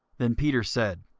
then peter said,